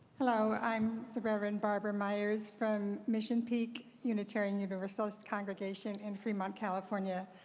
hello. i'm the reverend barbara meyers from mission peak unitarian universalist congregation in fremont, california.